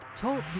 Talk